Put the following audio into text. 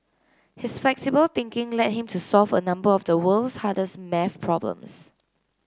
his flexible thinking led him to solve a number of the world's hardest math problems